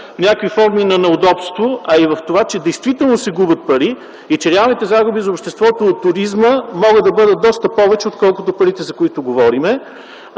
някакви форми на неудобство, а и в това, че действително се губят пари и че реалните загуби за обществото от туризма могат да бъдат доста повече, отколкото парите, за които говорим,